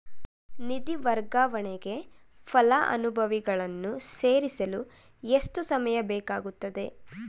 ನಿಧಿ ವರ್ಗಾವಣೆಗೆ ಫಲಾನುಭವಿಗಳನ್ನು ಸೇರಿಸಲು ಎಷ್ಟು ಸಮಯ ಬೇಕಾಗುತ್ತದೆ?